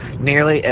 nearly